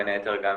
בין היתר גם